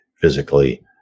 physically